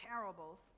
parables